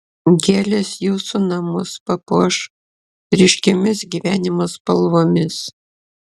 gėlės jūsų namus papuoš ryškiomis gyvenimo spalvomis